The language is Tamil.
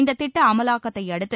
இந்த திட்ட அமலாக்கத்தையடுத்து